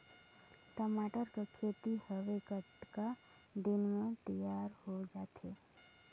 टमाटर कर खेती हवे कतका दिन म तियार हो जाथे?